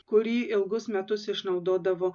kurį ilgus metus išnaudodavo